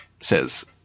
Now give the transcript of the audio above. says